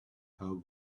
how